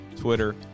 Twitter